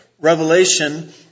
revelation